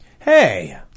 Hey